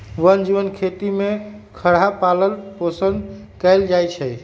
वन जीव खेती में खरहा पालन पोषण कएल जाइ छै